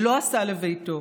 ולא עשה לביתו,